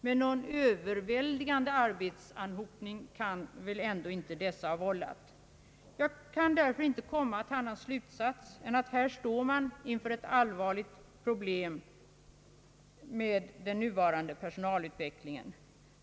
Men någon överväldigande arbetsanhopning kan de väl ändå inte ha vållat. Jag kan därför inte komma till annan slutsats än att man här står inför ett allvarligt problem med den nuvarande personalutvecklingen.